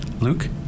luke